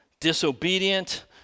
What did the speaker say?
disobedient